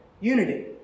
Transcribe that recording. unity